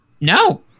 No